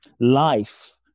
Life